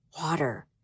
water